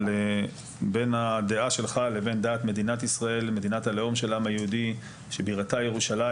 אבל בין הדעה שלך לדעה של מדינת הלאום של העם היהודי שבירתה ירושלים,